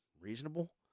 reasonable